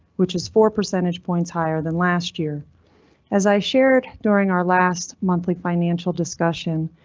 which is four percentage points higher than last year as i shared during our last monthly financial discussion,